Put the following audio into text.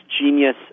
genius